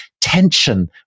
tension